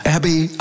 Abby